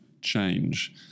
change